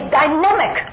dynamic